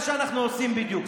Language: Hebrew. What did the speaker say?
זה מה שאנחנו עושים בדיוק.